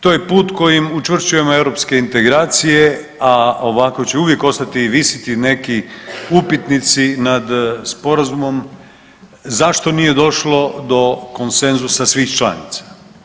To je put kojim učvršćujemo europske integracije, a ovako će uvijek ostati visiti neki upitnici nad sporazumom zašto nije došlo do konsenzusa svih članica.